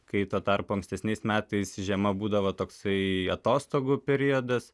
kai tuo tarpu ankstesniais metais žiema būdavo toksai atostogų periodas